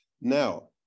Now